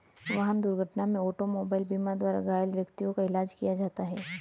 वाहन दुर्घटना में ऑटोमोबाइल बीमा द्वारा घायल व्यक्तियों का इलाज किया जाता है